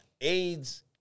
AIDS